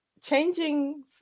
changing